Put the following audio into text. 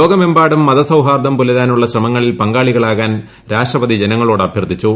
ലോകമെമ്പാടും മതസൌഹാർദ്ദം പുലരാനുള്ള ശ്രമങ്ങളിൽ പങ്കാളികളാകാൻ രാഷ്ട്രപതി ജനങ്ങളോട് അഭ്യർത്ഥിച്ചു